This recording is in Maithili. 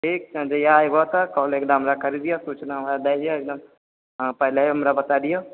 ठीक छै जहिआ ऐबहऽ त ऽकॉल हमरा करी दिहऽ सुचना हमरा दए दिहऽ एकदम हँ पहिलेहे हमरा बताए दिहऽ